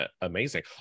amazing